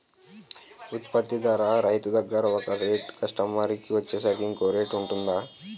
ఉత్పత్తి ధర రైతు దగ్గర ఒక రేట్ కస్టమర్ కి వచ్చేసరికి ఇంకో రేట్ వుంటుందా?